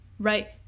right